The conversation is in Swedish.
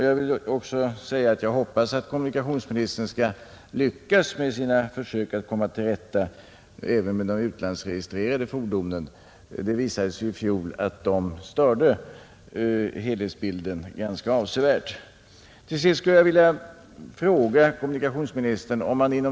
— Jag vill också säga att jag hoppas att kommunikationsministern skall lyckas i sina försök att komma till rätta även med de utlandsregistrerade fordonen. Det visade sig ju i fjol att de störde helhetsbilden ganska avsevärt.